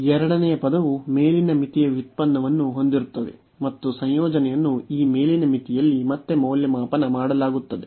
ಎರಡನೆಯ ಪದವು ಮೇಲಿನ ಮಿತಿಯ ವ್ಯುತ್ಪನ್ನವನ್ನು ಹೊಂದಿರುತ್ತದೆ ಮತ್ತು ಸಂಯೋಜನೆಯನ್ನು ಈ ಮೇಲಿನ ಮಿತಿಯಲ್ಲಿ ಮತ್ತೆ ಮೌಲ್ಯಮಾಪನ ಮಾಡಲಾಗುತ್ತದೆ